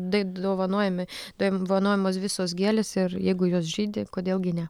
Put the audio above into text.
taip dovanojami dovanojamos visos gėlės ir jeigu jos žydi kodėl gi ne